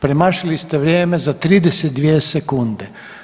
Premašili ste vrijeme za 32 sekunde.